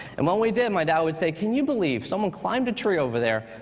and when we did, my dad would say, can you believe someone climbed a tree over there,